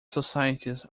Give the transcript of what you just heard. societies